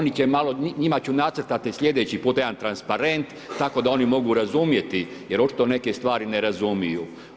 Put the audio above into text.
Njima ću nacrtati sljedeći put jedan transparent tako da oni mogu razumjeti jer očito neke stvari ne razumiju.